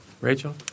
Rachel